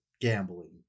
gambling